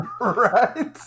Right